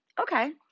Okay